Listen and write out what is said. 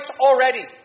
already